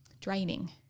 draining